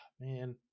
Man